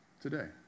today